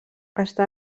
està